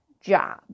job